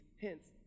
hints